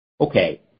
Okay